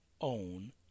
own